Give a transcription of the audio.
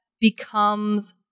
becomes